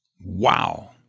Wow